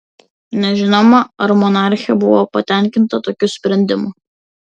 nežinoma ar monarchė buvo patenkinta tokiu sprendimu